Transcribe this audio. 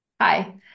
Hi